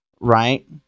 right